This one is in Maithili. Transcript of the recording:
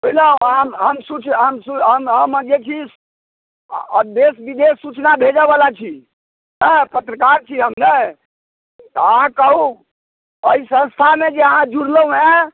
बुझलहुँ हम हम सुच हम हम बजैत छी कि अऽ देश विदेश सूचना दय भेजऽ बला छी अऽ पत्रकार छी हम नहि तऽ अहाँ कहु एहि संस्थामे जे अहाँ जुड़लहुँ हँ